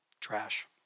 trash